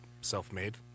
self-made